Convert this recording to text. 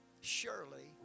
surely